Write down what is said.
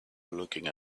looking